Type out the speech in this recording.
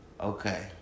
Okay